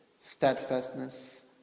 steadfastness